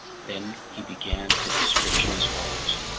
then he began his description as follows